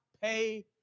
pay